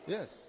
Yes